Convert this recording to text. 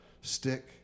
stick